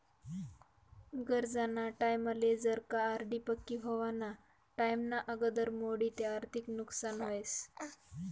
गरजना टाईमले जर का आर.डी पक्की व्हवाना टाईमना आगदर मोडी ते आर्थिक नुकसान व्हस